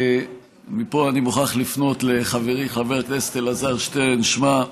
מפה אני מוכרח לפנות לחברי חבר הכנסת אלעזר שטרן: תשמע,